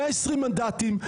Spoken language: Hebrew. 120 מנדטים,